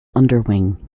underwing